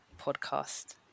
podcast